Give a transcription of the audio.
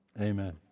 Amen